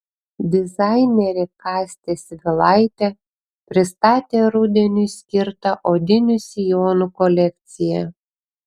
dizainerė kastė svilaitė pristatė rudeniui skirtą odinių sijonų kolekciją